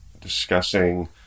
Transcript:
discussing